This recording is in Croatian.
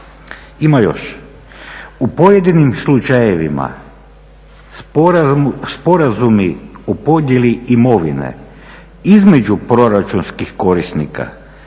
Ima još.U pojedinim slučajevima Sporazumi o podjeli imovine između proračunskih korisnika